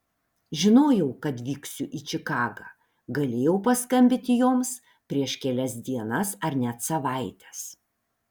žinojau kad vyksiu į čikagą galėjau paskambinti joms prieš kelias dienas ar net savaites